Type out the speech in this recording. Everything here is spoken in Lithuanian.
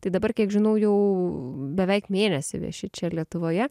tai dabar kiek žinau jau beveik mėnesį vieši čia lietuvoje